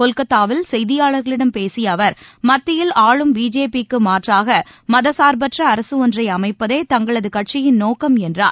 கொல்கத்தாவில் செய்தியாளர்களிடம் மத்தியில் ஆளும் பிஜேபிக்குமாற்றாகமதச்சார்பற்றஅரசுஒன்றைஅமைப்பதே தங்களதுகட்சியின் நோக்கம் என்றார்